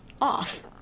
off